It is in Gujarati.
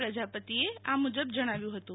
પ્રજાપતિએ આ મુજબ જણાવ્યું હતું